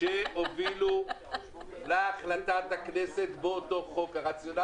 ושישה מגדלים מהקבוצה הגרילו מכסות קול קורא בשנים האחרונות.